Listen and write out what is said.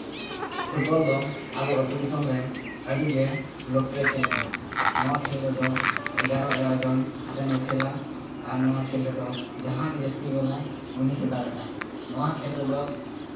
football ᱫᱚ ᱟᱵᱚ ᱟᱹᱛᱩ ᱫᱤᱥᱚᱢ ᱨᱮ ᱟᱹᱰᱤ ᱜᱮ ᱞᱳᱠ ᱯᱨᱤᱭᱳ ᱠᱷᱮᱹᱞ ᱠᱟᱱᱟ ᱱᱚᱣᱟ ᱠᱷᱮᱹᱞ ᱨᱮᱫᱚ ᱮᱜᱟᱨᱚ ᱮᱜᱟᱨᱚ ᱡᱚᱱ ᱠᱟᱛᱮᱫ ᱠᱚ ᱠᱷᱮᱹᱞᱟ ᱟᱨ ᱱᱚᱣᱟ ᱠᱷᱮᱹᱞ ᱨᱮᱫᱚ ᱡᱟᱦᱟᱸᱭ ᱜᱮ ᱡᱟᱹᱥᱛᱤ ᱜᱳᱞᱟᱭ ᱩᱱᱤ ᱜᱮ ᱫᱟᱲᱮᱜ ᱟᱭ ᱱᱚᱣᱟ ᱠᱷᱮᱹᱞ ᱨᱮᱫᱚ